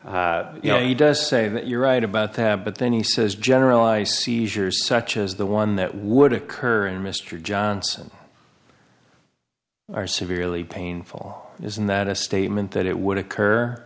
know he does say that you're right about that but then he says generalized seizures such as the one that would occur in mr johnson are severely painful isn't that a statement that it would occur